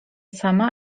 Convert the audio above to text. sama